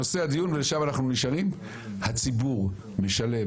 נושא הדיון ושם אנחנו נשארים, הציבור משלם